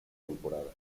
temporada